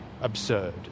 absurd